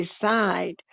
decide